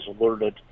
alerted